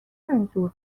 منظور